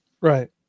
Right